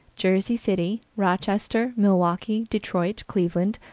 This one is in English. jersey city, rochester, milwaukee, detroit, cleveland,